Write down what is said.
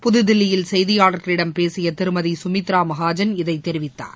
புதுதில்லியில் செய்தியாளர்களிடம் பேசிய திருமதி சுமித்ரா மகாஜன் இதை தெரிவித்தார்